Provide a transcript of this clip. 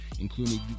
including